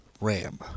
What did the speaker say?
RAM